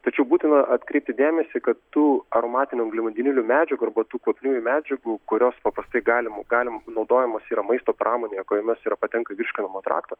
tačiau būtina atkreipti dėmesį kad tų aromatinių angliavandenilių medžagų arba tų kvapniųjų medžiagų kurios paprastai galimu galim naudojamos yra maisto pramonėje kuriomis yra patenka į virškinimą traktą